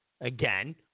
Again